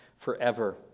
forever